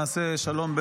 נעשה שלום,